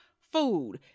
Food